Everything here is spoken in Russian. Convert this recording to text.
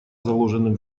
заложенным